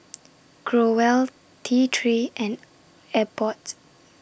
Growell T three and Abbott